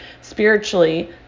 spiritually